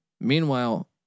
Meanwhile